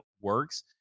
works